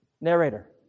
narrator